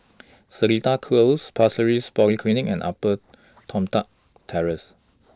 Seletar Close Pasir Ris Polyclinic and Upper Toh Tuck Terrace